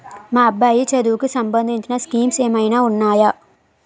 మా అబ్బాయి చదువుకి సంబందించిన స్కీమ్స్ ఏమైనా ఉన్నాయా?